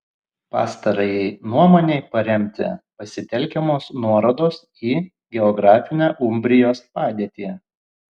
pastarajai nuomonei paremti pasitelkiamos nuorodos į geografinę umbrijos padėtį